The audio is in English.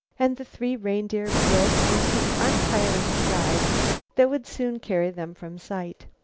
and the three reindeer broke into the untiring stride that would soon carry them from sight.